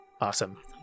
Awesome